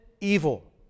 evil